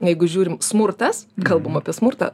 jeigu žiūrim smurtas kalbam apie smurtą